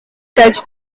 touched